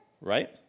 right